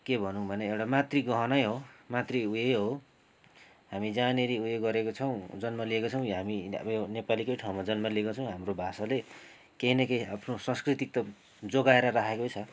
के भनौँ भने एउटा मातृ गहनै हो मातृ उयै हो हामी जहाँनिर उयो गरेको छौँ जन्म लिएको छौँ हामी उयो नेपालीकै ठाउँमा जन्म लिएको छौँ हाम्रो भाषाले केही न केही आफ्नो संस्कृति त जोगाएर राखेकै छ